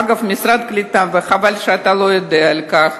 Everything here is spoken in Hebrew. אגב, משרד הקליטה, וחבל שאתה לא יודע על כך,